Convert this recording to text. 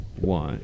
one